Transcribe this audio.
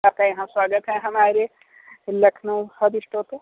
आपका यहां स्वागत है हमारे लखनऊ हब स्टोर पे